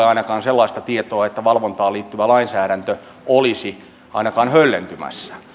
ainakaan ole sellaista tietoa että valvontaan liittyvä lainsäädäntö olisi ainakaan höllentymässä